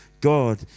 God